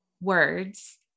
words